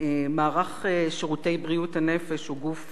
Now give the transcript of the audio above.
מערך שירותי בריאות הנפש הוא גוף